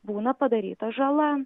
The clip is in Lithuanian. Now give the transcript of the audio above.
būna padaryta žala